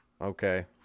Okay